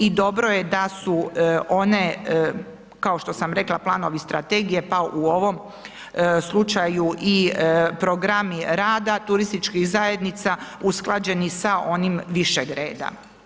I dobro je da su one kao što sam rekla planovi strategije pa u ovom slučaju i programi rada turističkih zajednica usklađeni sa onim višeg reda.